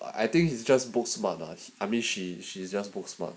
I think he's just booksmart the I mean she she is just booksmart lah